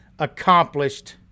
accomplished